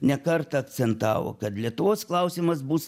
ne kartą akcentavo kad lietuvos klausimas bus